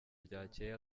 ryakeye